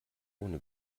ohne